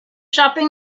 shopping